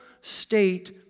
state